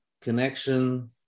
connection